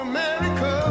America